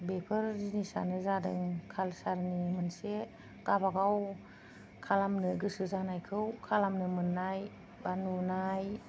बेफोर जिनिसानो जादों कालचारनि मोनसे गाबा गाव खालामनो गोसो जानायखौ खालामनो मोननाय बा नुनाय